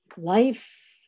Life